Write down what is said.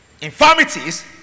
Infirmities